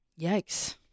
Yikes